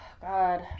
God